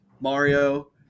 Mario